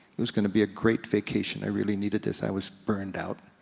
it was gonna be a great vacation, i really needed this, i was burned out.